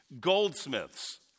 goldsmiths